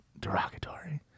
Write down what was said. derogatory